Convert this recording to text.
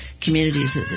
communities